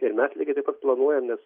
ir mes lygiai taip pat planuojamės